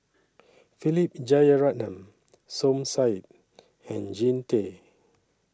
Philip Jeyaretnam Som Said and Jean Tay